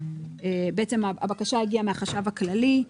בעצם הבקשה הגיעה מהחשב הכללי,